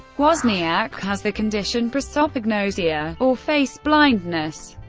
wozniak has the condition prosopagnosia, or face-blindness.